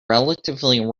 relatively